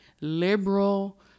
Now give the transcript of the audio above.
liberal